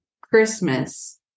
Christmas